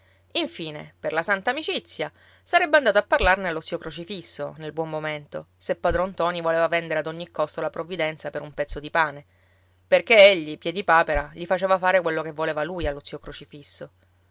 infine per la santa amicizia sarebbe andato a parlarne allo zio crocifisso nel buon momento se padron ntoni voleva vendere ad ogni costo la provvidenza per un pezzo di pane perché egli piedipapera gli faceva fare quello che voleva lui allo zio crocifisso